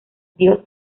dios